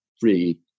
free